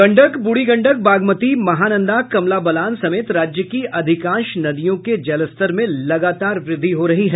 गंडक ब्रढ़ी गंडक बागमती महानंदा कमला बलान समेत राज्य की अधिकांश नदियों के जलस्तर में लगातार वृद्धि हो रही है